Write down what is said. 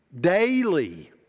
Daily